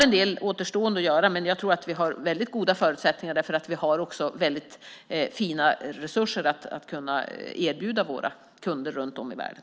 En del återstår att göra, men jag tror att vi har väldigt goda förutsättningar eftersom vi har väldigt fina resurser att erbjuda våra kunder runt om i världen.